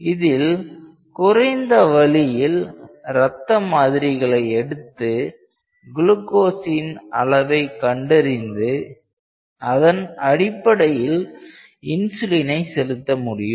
இதில் குறைந்த வலியில் ரத்த மாதிரிகளை எடுத்து குளுக்கோசின் அளவை கண்டறிந்து அதன் அடிப்படையில் இன்சுலினை செலுத்த முடியும்